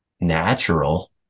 natural